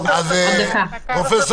פרופ'